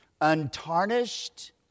untarnished